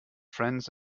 friends